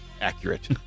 accurate